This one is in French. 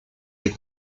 des